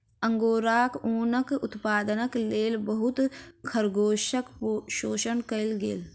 angora ऊनक उत्पादनक लेल बहुत खरगोशक शोषण कएल गेल